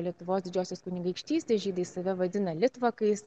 lietuvos didžiosios kunigaikštystės žydai save vadina litvakais